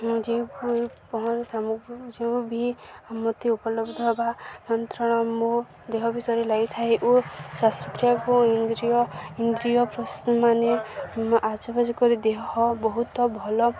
ଯେ ପହଁର ସାମଗ୍ରୀ ବି ମୋତେ ଉପଲବ୍ଧ ହେବା ମୁଁ ଦେହ ବିଷୟରେ ଲାଗିଥାଏ ଓ ଇନ୍ଦ୍ରୀୟ ଇନ୍ଦ୍ରୀୟ ପ୍ରଶାସ ମାନ କରି ଦେହ ବହୁତ ଭଲ